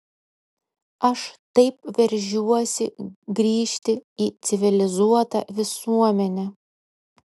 aš taip veržiuosi grįžti į civilizuotą visuomenę